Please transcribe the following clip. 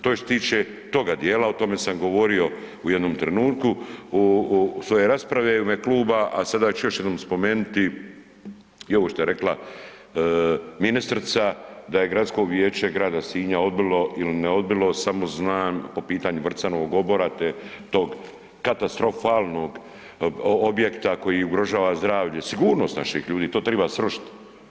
To je što se tiče toga dijela, o tome sam govorio u jednom trenutku svoje rasprave u ime kluba, a sada ću još jednom spomenuti i ovo što je rekla ministrica da je Gradsko vijeće grada Sinja odbilo ili ne odbilo samo znam po pitanju Vrcanovog … tog katastrofalnog objekta koji ugrožava zdravlje, sigurnost naših ljudi, to triba srušit.